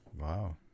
Wow